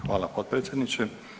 Hvala potpredsjedniče.